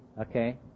okay